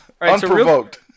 Unprovoked